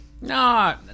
No